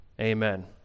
Amen